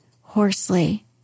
hoarsely